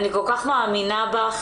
אני כל כך מאמינה בך,